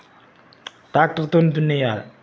టాక్టర్తోనే దున్నేయాలి